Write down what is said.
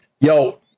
Yo